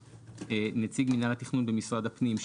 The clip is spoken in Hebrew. נציג מינהל התכנון במשרד הפנים,